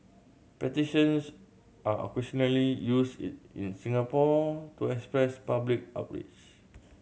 petitions are occasionally used it in Singapore to express public outrage